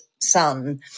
son